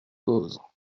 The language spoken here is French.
cause